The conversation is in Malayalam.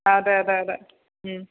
അതെ അതെ അതെ ഉം